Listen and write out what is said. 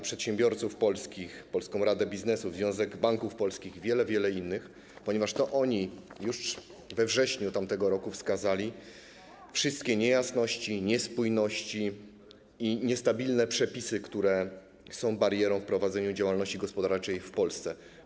Przedsiębiorców Polskich, Polska Rada Biznesu, Związek Banków Polskich, i wielu, wielu innych, ponieważ to oni już we wrześniu tamtego roku wskazali wszystkie niejasności, niespójności i niestabilne przepisy, które są barierą prowadzenia działalności gospodarczej w Polsce.